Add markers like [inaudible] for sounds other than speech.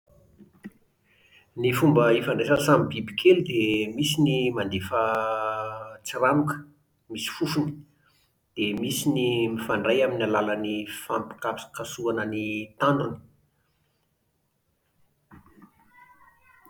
Ny fomba ifandraisan'ny samy bibikely dia [hesitation] misy ny mandefa [hesitation] tsiranoka misy fofony, dia misy ny [hesitation] mifandray amin'ny alàlan'ny fampikasokasohana ny tandrony